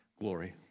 glory